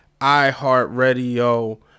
iHeartRadio